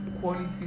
quality